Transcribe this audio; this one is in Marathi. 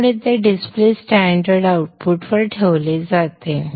त्यामुळे ते डिस्प्ले स्टँडर्ड आउटपुटवर ठेवले जाते